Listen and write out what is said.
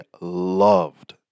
loved